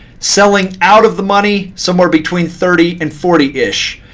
selling out of the money, somewhere between thirty and forty ish.